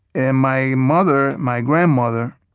and my mother, my grandmother,